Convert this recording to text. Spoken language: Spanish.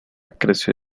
creció